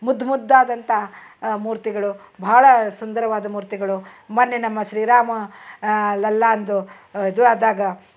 ಮುದ್ದು ಮುದ್ದಾದಂಥ ಮೂರ್ತಿಗಳು ಬಹಳ ಸುಂದರವಾದ ಮೂರ್ತಿಗಳು ಮೊನ್ನೆ ನಮ್ಮ ಶ್ರೀರಾಮ ಲಲ್ಲಾಂದು ಇದು ಆದಾಗ